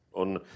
on